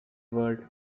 word